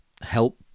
help